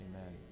Amen